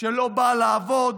לא באה לעבוד